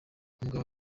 umugabo